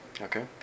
Okay